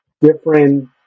different